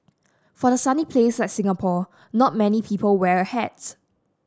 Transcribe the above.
for a sunny place like Singapore not many people wear a hats